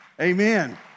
Amen